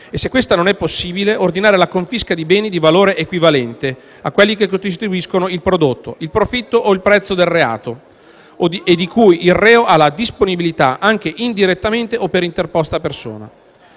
al comma 1, il giudice ordina la confisca di beni di valore equivalente a quelli che costituiscono il prodotto, il profitto o il prezzo del reato e di cui il reo ha la disponibilità, anche indirettamente o per interposta persona.